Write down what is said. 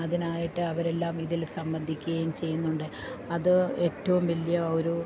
അതിനായിട്ട് അവരെല്ലാം ഇതില് സംബന്ധിക്കുകയും ചെയ്യുന്നുണ്ട് അത് ഏറ്റവും വലിയ ഒരു